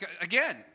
Again